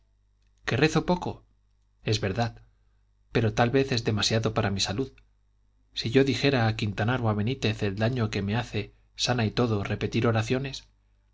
que rezo poco es verdad pero tal vez es demasiado para mi salud si yo dijera a quintanar o a benítez el daño que me hace sana y todo repetir oraciones